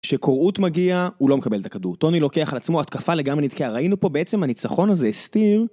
שקוראות מגיע, הוא לא מקבל את הכדור. טוני לוקח על עצמו התקפה לגמרי נתקעה. ראינו פה בעצם הניצחון הזה, הסתיר